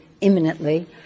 imminently